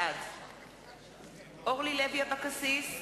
בעד אורלי לוי אבקסיס,